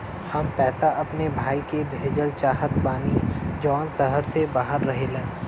हम पैसा अपने भाई के भेजल चाहत बानी जौन शहर से बाहर रहेलन